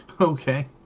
Okay